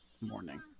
morning